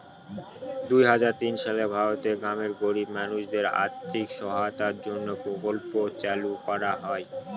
দুই হাজার তিন সালে ভারতের গ্রামের গরিব মানুষদের আর্থিক সহায়তার জন্য প্রকল্প চালু করা হয়